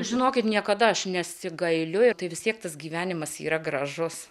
žinokit niekada aš nesigailiu ir tai visiems tas gyvenimas yra gražus